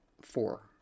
four